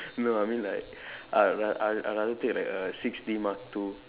no I mean like I ra I I rather take like a six D mark two